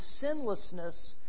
sinlessness